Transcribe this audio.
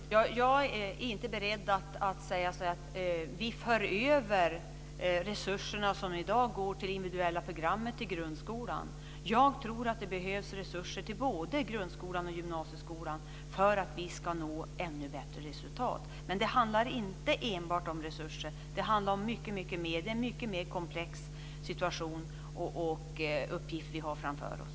Fru talman! Jag är inte beredd att föra över de resurser som i dag går till det individuella programmet till grundskolan. Jag tror att det behövs resurser till både grundskolan och gymnasieskolan för att vi ska nå ännu bättre resultat. Men det handlar inte enbart om resurser. Det handlar om mycket mer. Det är en mycket mer komplex situation och uppgift vi har framför oss.